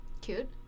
Cute